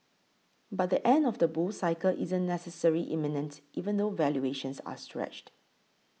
but the end of the bull cycle isn't necessarily imminent even though valuations are stretched